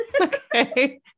Okay